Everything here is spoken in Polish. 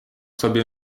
sobie